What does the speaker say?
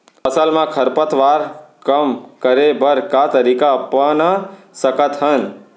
फसल मा खरपतवार कम करे बर का तरीका अपना सकत हन?